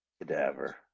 Cadaver